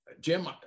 Jim